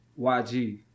YG